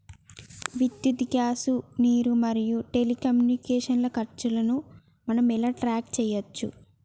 విద్యుత్ గ్యాస్ నీరు మరియు టెలికమ్యూనికేషన్ల ఖర్చులను మనం ఎలా ట్రాక్ చేయచ్చు?